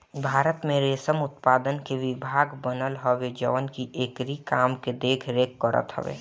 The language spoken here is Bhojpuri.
भारत में रेशम उत्पादन के विभाग बनल हवे जवन की एकरी काम के देख रेख करत हवे